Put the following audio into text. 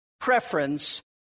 preference